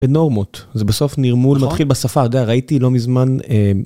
נורמות זה בסוף נרמול מתחיל בשפה ראיתי לא מזמן.